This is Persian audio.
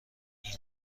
این